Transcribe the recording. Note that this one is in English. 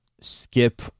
skip